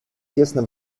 тесно